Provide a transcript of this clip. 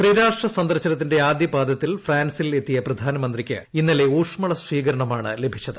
ത്രിരാഷ്ട്ര സന്ദർശനത്തിന്റെ ആദ്യപാദത്തിൽ ഫ്രാൻസിൽ എത്തിയ പ്രധാനമന്ത്രിയ്ക്ക് ഇന്നലെ ഊഷ്മള സ്വീകരണമാണ് ലഭിച്ചത്